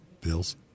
Bills